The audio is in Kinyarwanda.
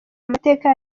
amateka